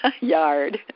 yard